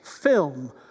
film